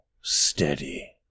Steady